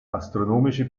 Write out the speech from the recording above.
astronomische